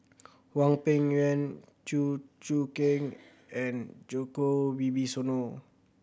Hwang Peng Yuan Chew Choo Keng and Djoko Wibisono